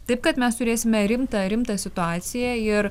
taip kad mes turėsime rimtą rimtą situaciją ir